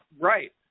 Right